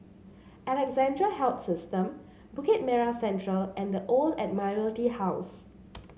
Alexandra Health System Bukit Merah Central and The Old Admiralty House